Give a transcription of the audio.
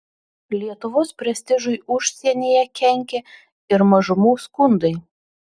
lietuvos prestižui užsienyje kenkė ir mažumų skundai